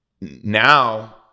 now